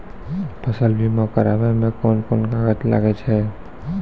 फसल बीमा कराबै मे कौन कोन कागज लागै छै?